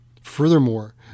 Furthermore